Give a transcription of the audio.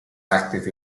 active